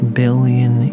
billion